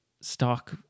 stock